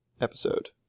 episode